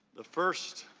the first